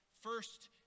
first